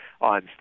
on